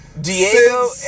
Diego